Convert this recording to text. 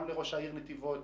גם לראש העיר של נתיבות,